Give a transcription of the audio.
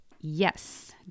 Yes